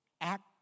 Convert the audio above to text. act